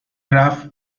رفت